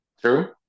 True